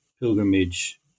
pilgrimage